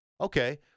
Okay